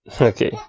Okay